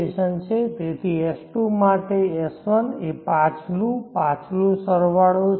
તેથી S2 માટે S1 એ પાછલું પાછલું સરવાળો છે